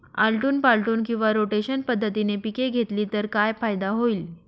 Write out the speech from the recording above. आलटून पालटून किंवा रोटेशन पद्धतीने पिके घेतली तर काय फायदा होईल?